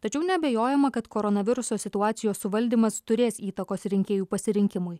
tačiau neabejojama kad koronaviruso situacijos suvaldymas turės įtakos rinkėjų pasirinkimui